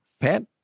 Pat